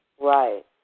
Right